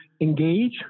engage